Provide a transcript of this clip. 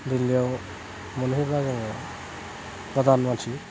दिल्लिआव मोनहैबा जोङो गोदान मानसि